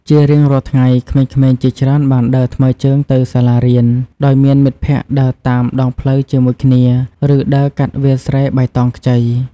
ជារៀងរាល់ថ្ងៃ ក្មេងៗជាច្រើនបានដើរថ្មើរជើងទៅសាលារៀន ដោយមានមិត្តភក្តិដើរតាមដងផ្លូវជាមួយគ្នា ឬដើរកាត់វាលស្រែបៃតងខ្ចី។